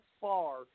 far